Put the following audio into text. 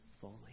fully